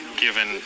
given